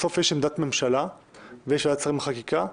אבל בסוף יש עמדת ממשלה וועדת שרים לחקיקה,